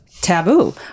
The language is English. taboo